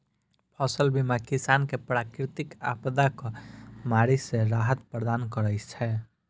फसल बीमा किसान कें प्राकृतिक आपादाक मारि सं राहत प्रदान करै छै